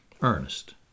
Ernest